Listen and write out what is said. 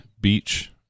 Beach